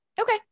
Okay